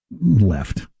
Left